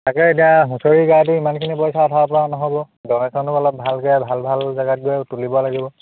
তাকে এতিয়া হুঁচৰি গাঁৱটো ইমানখিনি পইচা উঠাবপৰা নহ'ব ডনেশ্যনো অলপ ভালকৈ ভাল ভাল জেগাত গৈ তুলিব লাগিব